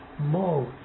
mode